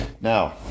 Now